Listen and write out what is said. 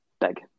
big